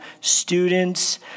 students